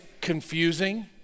confusing